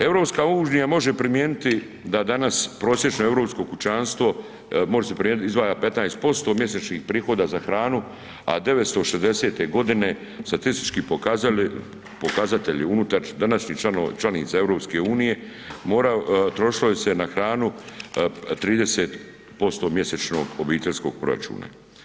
EU može primijeniti da danas prosječno europsko kućanstvo, može se primijeniti, izdvaja 15% mjesečnih prihoda za hranu, a '960.-te godine statistički pokazatelji unutar današnjih članica EU trošilo je se na hranu 30% mjesečno obiteljskog proračuna.